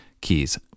keys